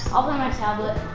i'll play my tablet.